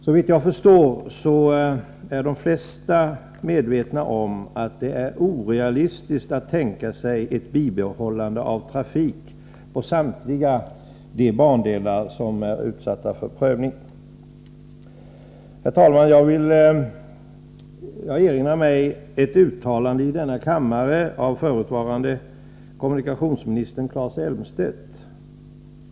Såvitt jag förstår är de flesta medvetna om att det är orealistiskt att tänka sig ett bibehållande av trafik på samtliga de bandelar som är utsatta för prövning. Herr talman! Jag erinrar mig ett uttalande i denna kammare, av förutvarande kommunikationsministern Claes Elmstedt.